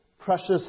precious